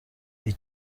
iyi